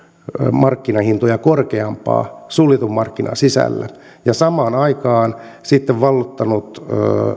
markkinahintoja korkeampaa suljetun markkinan sisällä ja samaan aikaan yhtiö on sitten valloittanut